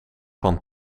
van